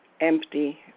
empty